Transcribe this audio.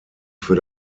für